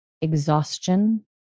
exhaustion